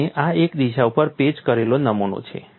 અને આ એક દિશા ઉપર પેચ કરેલો નમૂનો છે